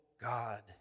God